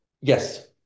Yes